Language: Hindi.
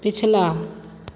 पिछला